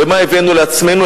ומה הבאנו על עצמנו?